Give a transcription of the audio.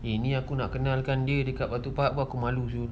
eh ini aku kenakan dia dekat batu pahat pun aku mahu [siol]